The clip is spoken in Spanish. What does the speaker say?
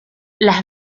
las